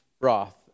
broth